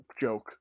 joke